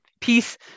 peace